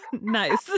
nice